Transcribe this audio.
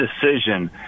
decision